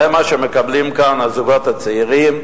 זה מה שמקבלים כאן הזוגות הצעירים.